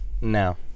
No